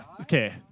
Okay